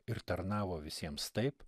ir tarnavo visiems taip